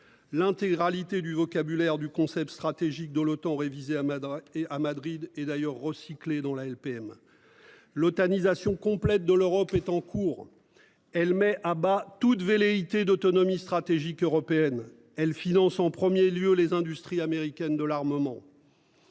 L'intégralité du vocabulaire du concept stratégique de l'OTAN révisé à Madrid et à Madrid. Et d'ailleurs recyclés dans la LPM. L'OTAN nisation complète de l'Europe est en cours. Elle met à bas toute velléité d'autonomie stratégique européenne. Elle finance en 1er lieu les industries américaines de l'armement.